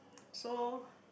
so